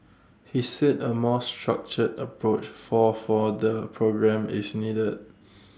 he said A more structured approach for for the programme is needed